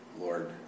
Lord